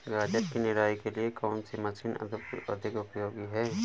गाजर की निराई के लिए कौन सी मशीन अधिक उपयोगी है?